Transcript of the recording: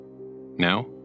Now